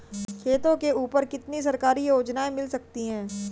खेतों के ऊपर कितनी सरकारी योजनाएं मिल सकती हैं?